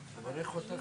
(הישיבה נפסקה בשעה 10:08